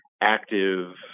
active